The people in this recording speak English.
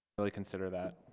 really consider that.